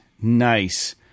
Nice